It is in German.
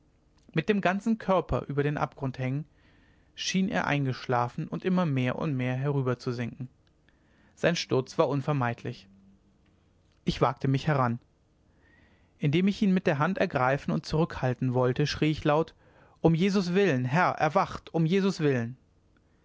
mit dem ganzen körper über den abgrund hängend schien er eingeschlafen und immer mehr und mehr herüberzusinken sein sturz war unvermeidlich ich wagte mich heran indem ich ihn mit der hand ergreifen und zurückhalten wollte schrie ich laut um jesus willen herr erwacht um jesus willen